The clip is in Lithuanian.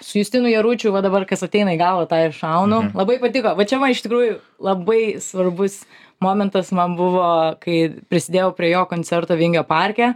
su justinu jaručiu va dabar kas ateina į galvą tą ir šaunu labai patiko va čia va iš tikrųjų labai svarbus momentas man buvo kai prisidėjau prie jo koncerto vingio parke